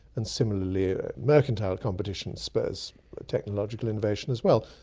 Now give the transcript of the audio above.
and similarly mercantile competitions spurs technological innovation as well.